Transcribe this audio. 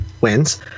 wins